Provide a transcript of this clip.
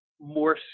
more